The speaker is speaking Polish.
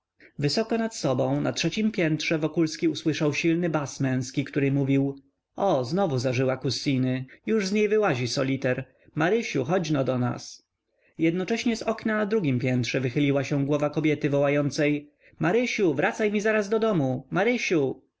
wysoko nad sobą na trzeciem piętrze wokulski usłyszał silny bas męski który mówił o znowu zażyła kussiny już z niej wyłazi soliter marysiu chodźno do nas jednocześnie z okna na drugiem piętrze wychyliła się głowa kobiety wołającej marysiu wracaj mi zaraz do domu marysiu